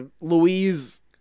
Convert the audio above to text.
Louise